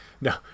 No